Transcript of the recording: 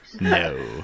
No